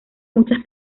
muchas